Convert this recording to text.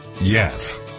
yes